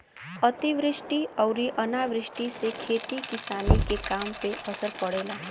अतिवृष्टि अउरी अनावृष्टि से खेती किसानी के काम पे असर पड़ेला